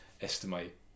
estimate